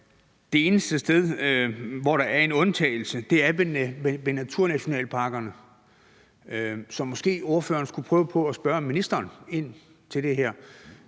det eneste sted, hvor der er en undtagelse, er ved naturnationalparkerne. Måske ordføreren skulle prøve at spørge ministeren ind til det her,